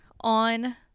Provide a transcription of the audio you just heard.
on